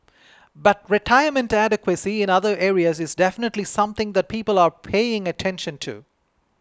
but retirement adequacy in other areas is definitely something that people are paying attention to